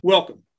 Welcome